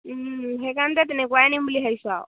সেইকাৰণতে তেনেকুৱাই নিম বুলি ভাবিোঁ আও